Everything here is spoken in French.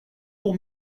pour